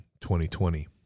2020